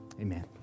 amen